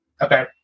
Okay